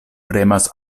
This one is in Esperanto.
premas